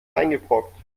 eingebrockt